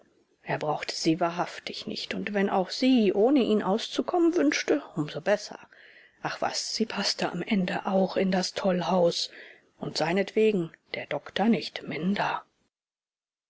er brauchte sie wahrhaftig nicht und wenn auch sie ohne ihn auszukommen wünschte um so besser ach was sie paßte am ende auch in das tollhaus und seinetwegen der doktor nicht minder